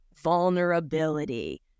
vulnerability